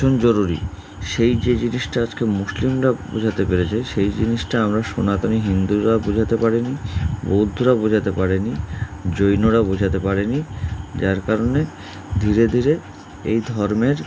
নতুন জরুরি সেই যে জিনিসটা আজকে মুসলিমরা বোঝাতে পেরেছে সেই জিনিসটা আমরা সনাতনী হিন্দুরা বুঝাতে পারি নি বৌদ্ধরা বোঝাতে পারেনি জৈনরা বোঝাতে পারেনি যার কারণে ধীরে ধীরে এই ধর্মের